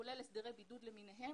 כולל הסדרי בידוד למיניהם.